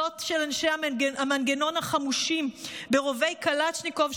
זאת של אנשי המנגנון החמושים ברובי קלצ'ניקוב,